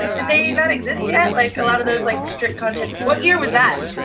like, did they not exist yet? like a lot of those like restrict content, what year was that,